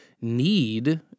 need